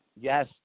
Yes